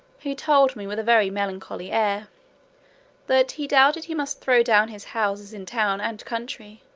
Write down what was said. he told me with a very melancholy air that he doubted he must throw down his houses in town and country,